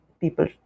people